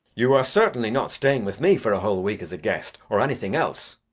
you are certainly not staying with me for a whole week as a guest or anything else.